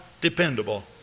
dependable